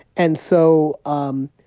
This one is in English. and so um